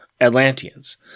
Atlanteans